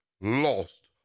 lost